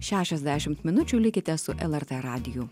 šešiasdešimt minučių likite su lrt radiju